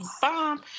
Bomb